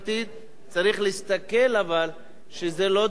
צריך להסתכל, אבל זה לא דבר פשוט,